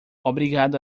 obrigado